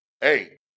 Hey